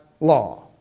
law